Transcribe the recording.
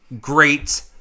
great